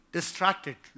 Distracted